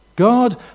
God